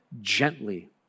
gently